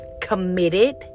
committed